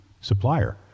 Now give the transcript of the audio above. supplier